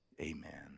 Amen